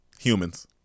humans